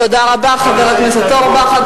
תודה רבה, חבר הכנסת אורבך.